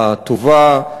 הטובה,